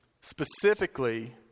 specifically